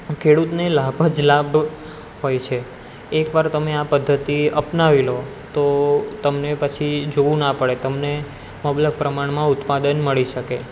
ખેડૂતને લાભ જ લાભ હોય છે એક વાર તમે આ પદ્ધતિ અપનાવી લો તો તમને પછી જોવું ના પડે તમને મબલખ પ્રમાણમાં ઉત્પાદન મળી શકે